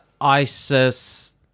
isis